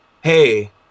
hey